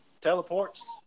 teleports